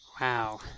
Wow